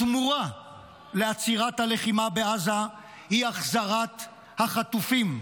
התמורה לעצירת הלחימה בעזה היא החזרת החטופים.